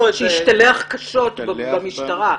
שהשתלח קשות במשטרה,